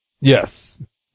Yes